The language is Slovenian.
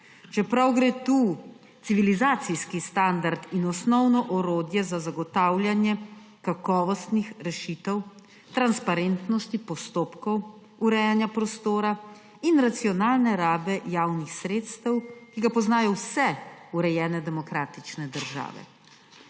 čeprav gre tu civilizacijski standard in osnovno orodje za zagotavljanje kakovostnih rešitev, transparentnosti postopkov urejanja prostora in racionalne rabe javnih sredstev, ki jo poznajo vse urejene demokratične države.